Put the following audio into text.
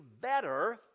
better